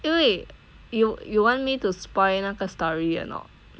因为 you you want me to spoil 那个 story or not